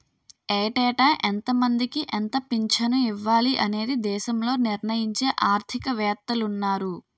ఏటేటా ఎంతమందికి ఎంత పింఛను ఇవ్వాలి అనేది దేశంలో నిర్ణయించే ఆర్థిక వేత్తలున్నారు